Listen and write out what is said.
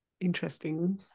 interesting